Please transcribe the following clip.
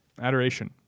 adoration